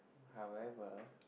however